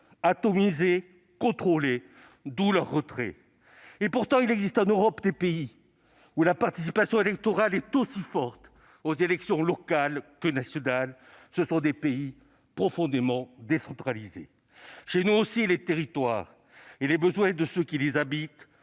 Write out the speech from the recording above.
atomisé, contrôlé, d'où le retrait des électeurs. Pourtant, il existe en Europe des pays où la participation électorale est aussi forte aux élections locales qu'aux élections nationales. Ce sont des pays profondément décentralisés. Chez nous aussi, les territoires et les besoins de ceux qui les habitent